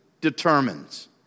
determines